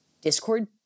Discord